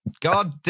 God